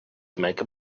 make